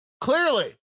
clearly